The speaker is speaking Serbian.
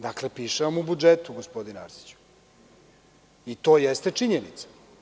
Dakle, piše vam u budžetu, gospodine Arsiću, i to jeste činjenica.